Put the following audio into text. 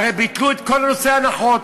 הרי ביטלו את כל נושא ההנחות.